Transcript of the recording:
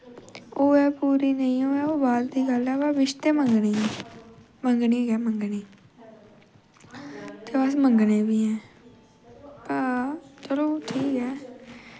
होऐ पूरी नेंई होऐ ओह् बाद दी गल्ल ऐ न बिश ते मंगनी मंगनी गै मंगनी ते अस मंगने बी हैन व चलो ठीक ऐ